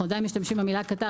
אנחנו עדיין משתמשים במילה "קטר",